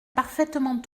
parfaitement